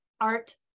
art